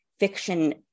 fiction